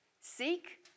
Seek